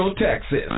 Texas